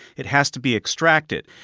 it has to be extracted.